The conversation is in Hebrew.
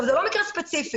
זה לא מקרה ספציפי.